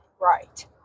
Right